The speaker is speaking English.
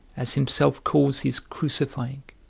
as himself calls his crucifying